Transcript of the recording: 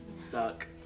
stuck